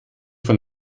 von